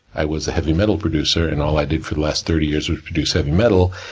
i was a heavy metal producer, and all i did for the last thirty years was produce heavy metal,